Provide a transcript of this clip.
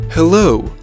Hello